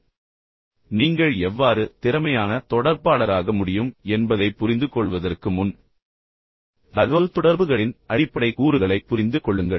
இப்போது நீங்கள் எவ்வாறு திறமையான தொடர்பாளராக முடியும் என்பதைப் புரிந்துகொள்வதற்கு முன் தகவல்தொடர்புகளின் அடிப்படை கூறுகளைப் புரிந்து கொள்ளுங்கள்